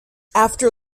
after